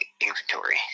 inventory